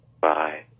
Bye